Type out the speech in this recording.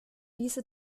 diese